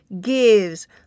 gives